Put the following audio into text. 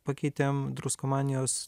pakeitėm druskomanijos